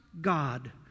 God